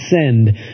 send